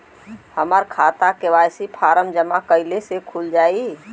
हमार खाता KYC form जमा कइले से खुल जाई?